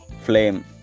flame